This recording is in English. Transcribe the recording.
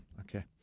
okay